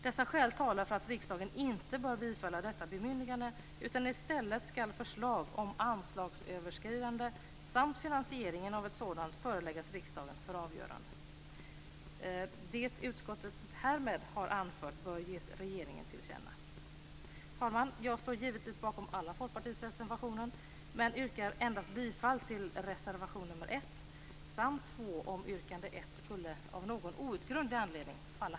Dessa skäl talar för att riksdagen inte bör bifalla detta bemyndigande, utan i stället skall förslag om anslagsöverskridande samt finansieringen av ett sådant föreläggas riksdagen för avgörande. Det utskottet härmed har anfört bör ges regeringen till känna. Fru talman, jag står givetvis bakom alla Folkpartiets reservationer, men yrkar endast bifall till reservation nr 1 samt nr 2 om yrkande 1 av någon outgrundlig anledning skulle falla.